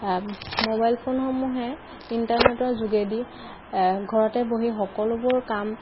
mobile ফোনসমূহে ইণ্টাৰনেটৰ যোগেদি ঘৰতে বহি সকলোবোৰ কাম